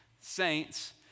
saints